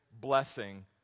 blessing